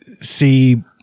see